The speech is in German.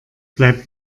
bleibt